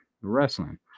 wrestling